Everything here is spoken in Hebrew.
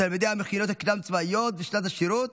לתלמידי המכינות הקדם-צבאיות ושנת השירות,